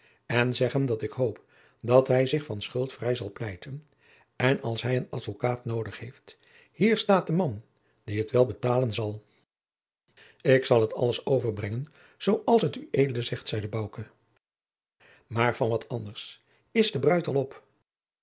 en zeg hem dat ik hoop dat hij zich van schuld vrij zal pleiten en als hij een advocaat noodig heeft hier staat de man die t wel betalen zal ik zal t alles overbrengen zoo als t ued zegt zeide bouke maar van wat anders is de bruid al op